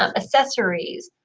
um accessories.